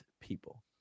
people